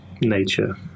nature